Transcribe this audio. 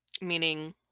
meaning